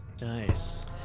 Nice